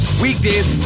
Weekdays